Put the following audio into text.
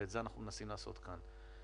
ואת זה אנחנו מנסים לעשות כאן.